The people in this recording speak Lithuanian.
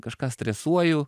kažką stresuoju